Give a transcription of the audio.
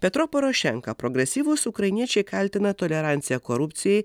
petro porošenką progresyvūs ukrainiečiai kaltina toleranciją korupcijai